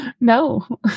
No